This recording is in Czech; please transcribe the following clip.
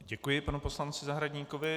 Děkuji panu poslanci Zahradníkovi.